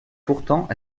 pourtant